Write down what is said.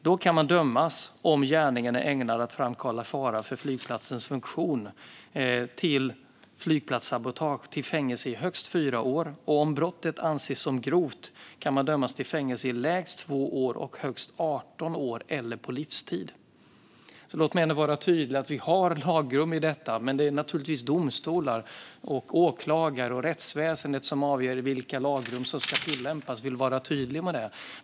Då kan man dömas, om gärningen är ägnad att framkalla fara för flygplatsens funktion, för flygplatssabotage till fängelse i högst 4 år. Om brottet anses som grovt kan man dömas till fängelse i lägst 2 år och högst 18 år eller på livstid. Låt mig vara tydlig med att vi ändå har lagrum i detta, men det är naturligtvis domstolar, åklagare och rättsväsen som avgör vilka lagrum som ska tillämpas. Jag vill vara tydlig med det.